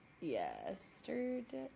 yesterday